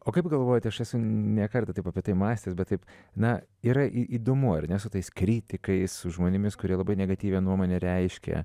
o kaip galvojate aš esu ne kartą taip apie tai mąstęs bet taip na yra įdomu ar ne su tais kritikais su žmonėmis kurie labai negatyvią nuomonę reiškia